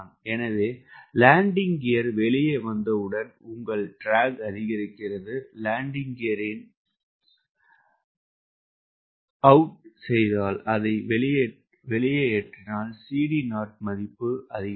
எனவே landing gear வெளியே வந்தவுடன் உங்கள் இழுவை அதிகரிக்கிறது லேண்டிங் கியரின் வெளியே இருத்தால் CD0 மதிப்பு அதிகரிக்கும்